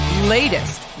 Latest